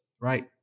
right